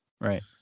Right